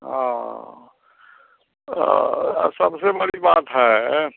और ओ आ सबसे बड़ी बात है